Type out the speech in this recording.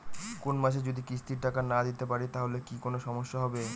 কোনমাসে যদি কিস্তির টাকা না দিতে পারি তাহলে কি কোন সমস্যা হবে?